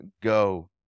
go